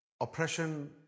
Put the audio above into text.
oppression